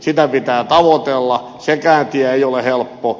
sitä pitää tavoitella sekään tie ei ole helppo